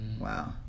Wow